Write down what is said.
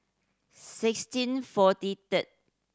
sixteen forty third